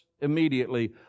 immediately